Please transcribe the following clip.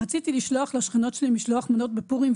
רציתי לשלוח לשכנות שלי משלוח מנות בפורים,